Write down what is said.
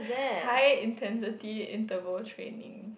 high intensity interval training